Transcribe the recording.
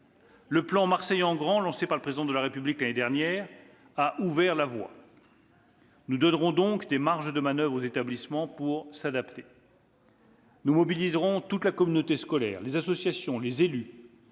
Le plan " Marseille en grand ", lancé par le Président de la République l'année dernière, a ouvert la voie. Nous donnerons aux établissements des marges de manoeuvre pour s'adapter. « Nous mobiliserons toute la communauté scolaire, les associations, les élus,